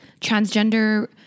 transgender